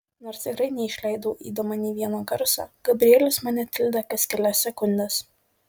nors tikrai neišleidau eidama nė vieno garso gabrielius mane tildė kas kelias sekundes